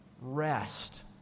rest